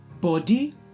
body